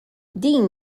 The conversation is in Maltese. din